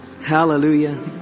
Hallelujah